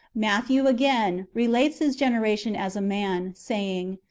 matthew, again, relates his generation as a man, saying,